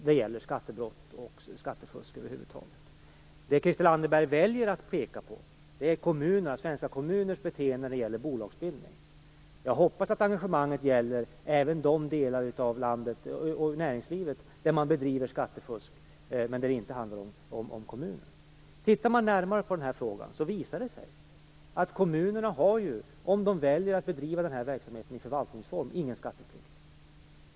Det gäller skattebrott och skattefusk över huvud taget. Det Christel Anderberg väljer att peka på är svenska kommuners beteende när det gäller bolagsbildning. Jag hoppas att engagemanget gäller även de delar av näringslivet där man bedriver skattefusk, alltså i fall där det inte handlar om kommuner. Tittar man närmare på den här frågan visar det sig att kommunerna om de väljer att bedriva den här verksamheten i förvaltningsform inte har någon skatteplikt.